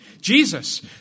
Jesus